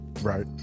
right